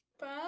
Bye